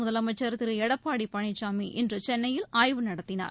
முதலமைச்சர் திரு எடப்பாடி பழனிசாமி இன்று சென்னையில் ஆய்வு நடத்தினார்